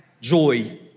joy